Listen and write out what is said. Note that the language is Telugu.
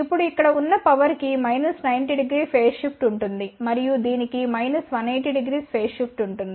ఇప్పుడు ఇక్కడ ఉన్న పవర్ కి 900 ఫేజ్ షిఫ్ట్ ఉంటుంది మరియు దీనికి 1800 ఫేజ్ షిఫ్ట్ ఉంటుంది